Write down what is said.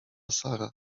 sara